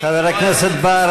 חבר הכנסת בר,